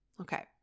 Okay